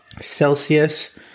Celsius